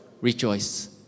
rejoice